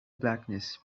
blackness